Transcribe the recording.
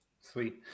Sweet